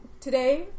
today